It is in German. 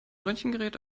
röntgengerät